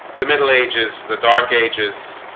the middle ages the dark ages